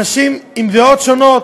אנשים עם דעות שונות: